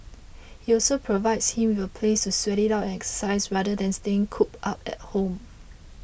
it also provides him with a place to sweat it out and exercise rather than staying cooped up at home